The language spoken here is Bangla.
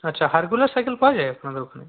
আচ্ছা হারকুলাস সাইকেল পাওয়া যায় আপনাদের ওখানে